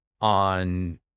on